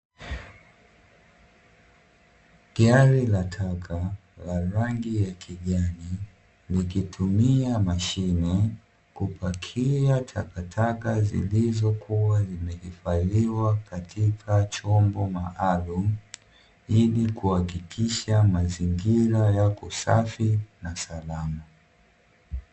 Gari la taka la rangi ya kijani, likitumia mashine kupakia takataka zilizokuwa zimehifadhiwa katika chombo maalumu, ili kuhakikisha mazingira yako safi na salama.